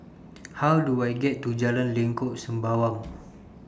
How Do I get to Jalan Lengkok Sembawang